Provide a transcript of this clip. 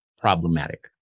Problematic